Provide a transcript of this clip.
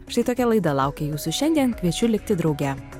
štai tokia laida laukia jūsų šiandien kviečiu likti drauge